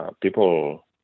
People